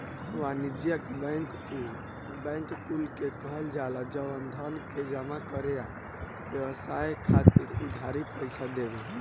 वाणिज्यिक बैंक उ बैंक कुल के कहल जाला जवन धन के जमा करे आ व्यवसाय खातिर उधारी पईसा देवे